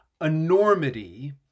enormity